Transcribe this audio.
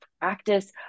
practice